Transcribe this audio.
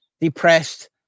depressed